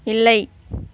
இல்லை